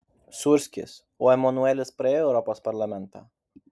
sūrskis o emanuelis praėjo į europos parlamentą